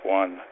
one